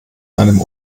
einem